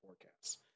forecasts